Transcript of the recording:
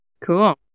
Cool